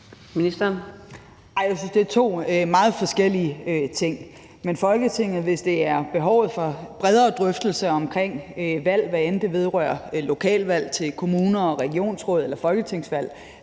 Jeg synes, det er to meget forskellige ting. Men hvis det handler om et behov for bredere drøftelser omkring valg, hvad enten det vedrører lokalvalg til kommuner og regionsråd eller folketingsvalg,